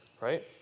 right